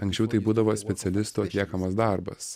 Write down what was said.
anksčiau tai būdavo specialistų atliekamas darbas